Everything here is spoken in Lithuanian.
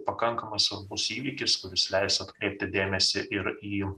pakankamai svarbus įvykis kuris leis atkreipti dėmesį ir į